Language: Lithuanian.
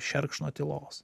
šerkšno tylos